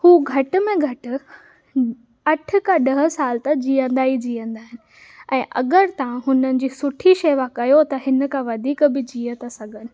हू घटि में घटि अठ खां ॾह साल तक जीअंदा ई जीअंदा आहिनि ऐं अगरि तव्हां हुननि जी सुठी शेवा कयो त हिन खां वधीक बि जीअ था सघनि